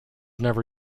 never